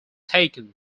taken